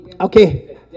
Okay